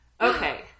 okay